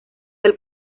del